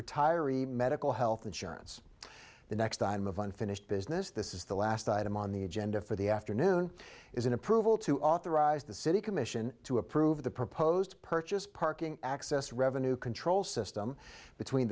retiree medical health insurance the next item of unfinished business this is the last item on the agenda for the afternoon is an approval to authorize the city commission to approve the proposed purchase parking access revenue control system between